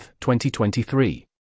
2023